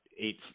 eight